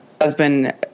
husband